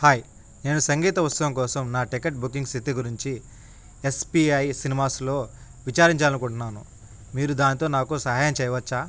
hi నేను సంగీత ఉత్సవం కోసం నా టికెట్ బుకింగ్ స్థితి గురించి ఎస్పిఐ సినిమాస్లో విచారించాలి అనుకుంటున్నాను మీరు దానితో నాకు సహాయం చేయవచ్చా